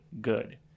good